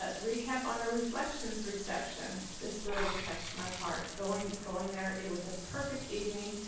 ah recap on our reflections reception. this really touched my heart. going going there, it was a perfect evening,